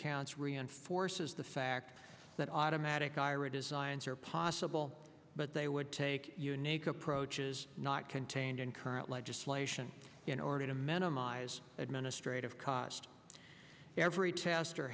accounts reinforces the fact that automatic ira designs are possible but they would take unique approach is not contained in current legislation in order to minimize administrative cost every test or